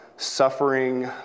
suffering